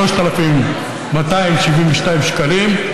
3,272 שקלים.